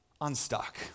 unstuck